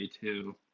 two